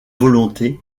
volonté